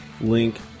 link